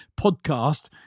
podcast